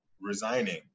resigning